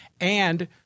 And-